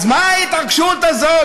אז מה ההתעקשות הזאת,